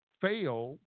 fail